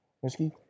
whiskey